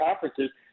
conferences